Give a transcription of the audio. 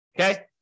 Okay